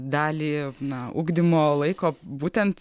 dalį na ugdymo laiko būtent